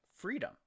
Freedom